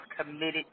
committed